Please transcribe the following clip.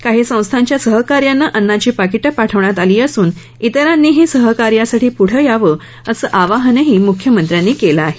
काही संस्थांच्या सहकार्यानं अन्नाची पाकिटं पाठवण्यात आली असून इतरांनीही सहकार्यासाठी पुढे यावं असं आवाहनही मुख्यमंत्र्यांनी केलं आहे